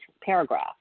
paragraph